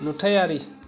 नुथायारि